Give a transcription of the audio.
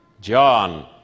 John